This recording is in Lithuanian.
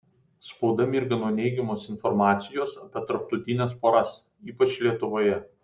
spauda mirga nuo neigiamos informacijos apie tarptautines poras ypač lietuvoje